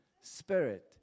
Spirit